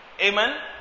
Amen